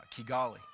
Kigali